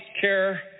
care